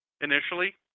initially